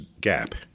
gap